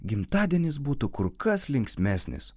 gimtadienis būtų kur kas linksmesnis